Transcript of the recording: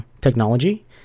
technology